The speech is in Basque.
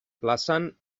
plazan